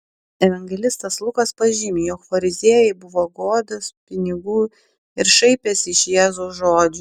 evangelistas lukas pažymi jog fariziejai buvę godūs pinigų ir šaipęsi iš jėzaus žodžių